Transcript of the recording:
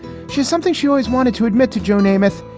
she's something she always wanted to admit to joe namath.